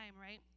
right